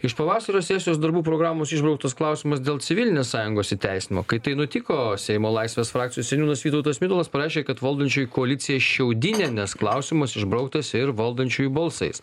iš pavasario sesijos darbų programos išbrauktas klausimas dėl civilinės sąjungos įteisinimo kai tai nutiko seimo laisvės frakcijos seniūnas vytautas mitalas parašė kad valdančiųjų koalicija šiaudinė nes klausimas išbrauktas ir valdančiųjų balsais